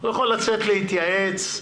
הוא יכול לצאת להתייעץ,